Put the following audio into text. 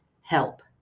help